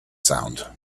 sound